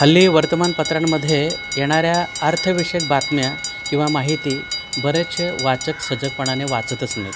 हल्ली वर्तमानपत्रांमध्ये येणाऱ्या अर्थविषयक बातम्या किंवा माहिती बरेचसे वाचक सजगपणाने वाचतच नाहीत